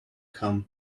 come